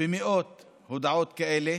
במאות הודעות כאלה